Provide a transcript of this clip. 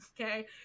Okay